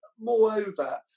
moreover